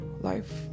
life